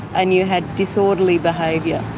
and you had disorderly behaviour.